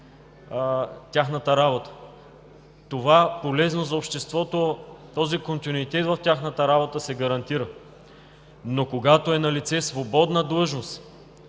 тяхната работа. Това е полезно за обществото, този континюитет в тяхната работа се гарантира. Но когато е налице свободна длъжност,